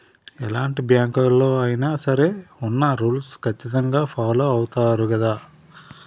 ఎలాంటి బ్యాంకులలో అయినా సరే ఉన్న రూల్స్ ఖచ్చితంగా ఫాలో అవుతారు గదా